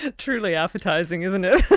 ah truly appetising isn't it?